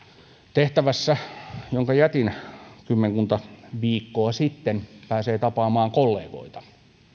tehtävässä jonka jätin kymmenkunta viikkoa sitten pääsee tapaamaan kollegoita